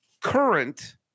current